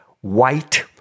white